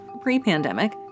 pre-pandemic